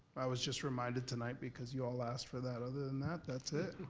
i was just reminded tonight because you all asked for that. other than that, that's it.